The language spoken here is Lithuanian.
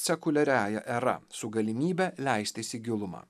sekuliariąja era su galimybe leistis į gilumą